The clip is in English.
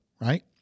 right